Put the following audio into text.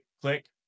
Click